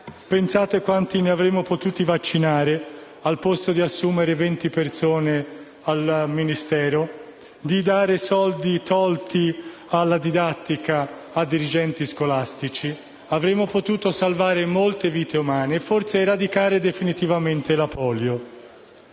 Pensate quanti ne avremmo potuti vaccinare, al posto di assumere 20 persone al Ministero e di dare soldi tolti alla didattica ai dirigenti scolastici. Avremmo potuto salvare molte vite umane e forse eradicare definitivamente la polio.